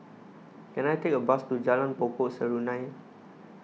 can I take a bus to Jalan Pokok Serunai